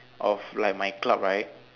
of like my club right